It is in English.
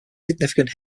significant